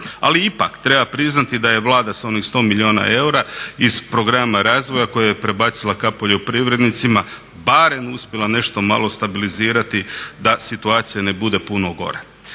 Ali ipak treba priznati da je Vlada sa onih 100 milijuna eura iz Programa razvoja koje je prebacila ka poljoprivrednicima barem uspjela nešto malo stabilizirati da situacija ne bude puno gora.